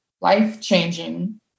life-changing